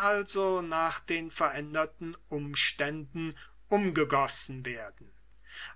also nach den veränderten umständen umgegossen werden